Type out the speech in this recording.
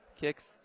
Kicks